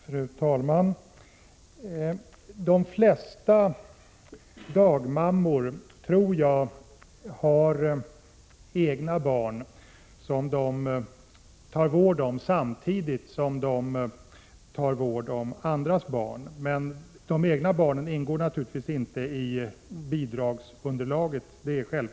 Fru talman! De flesta dagmammor har egna barn som de tar vård om samtidigt som de tar vård om andras barn — men de egna barnen ingår självfallet inte i bidragsunderlaget.